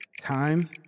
Time